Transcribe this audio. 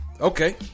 Okay